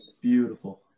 Beautiful